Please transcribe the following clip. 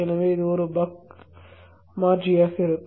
எனவே இது ஒரு பக் மாற்றியாக இருக்கும்